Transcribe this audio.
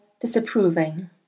disapproving